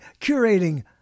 curating